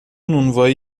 نونوایی